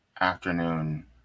afternoon